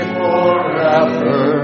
forever